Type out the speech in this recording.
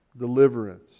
deliverance